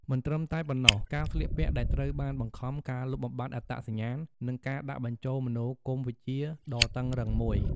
មិនត្រឹមតែប៉ុណ្ណោះ ការស្លៀកពាក់ដែលត្រូវបានបង្ខំ ការលុបបំបាត់អត្តសញ្ញាណ និងការដាក់បញ្ចូលមនោគមវិជ្ជាដ៏តឹងរ៉ឹងមួយ។